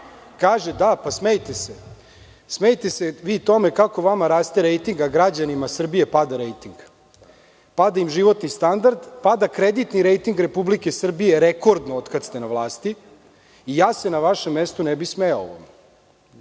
kažete ovde, pa smejte se. Smejte se vi tome kako vama raste rejting, a građanima Srbije pada rejting. Pada im životni standard, pada kreditni rejting Republike Srbije rekordno od kad ste na vlasti i ja se na vašem mestu ne bih smejao ovome.